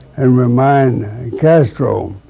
and remind castro